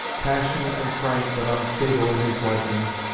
passionate and frank, but unstable in his likings,